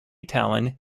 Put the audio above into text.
tallinn